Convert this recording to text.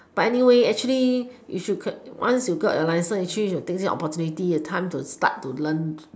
but anyway actually you should once you got your licence actually you should take the opportunity time to start to learn